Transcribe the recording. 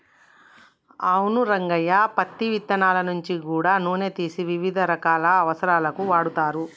అవును రంగయ్య పత్తి ఇత్తనాల నుంచి గూడా నూనె తీసి వివిధ రకాల అవసరాలకు వాడుతరు